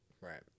Right